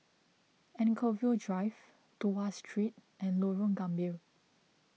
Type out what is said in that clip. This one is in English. Anchorvale Drive Tuas Street and Lorong Gambir